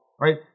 right